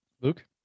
Luke